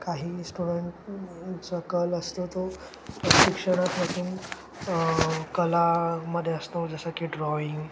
काही स्टुडंट चा कल असतो तो प्रशिक्षणा तील कलामध्ये असतो जसं की ड्रॉईंग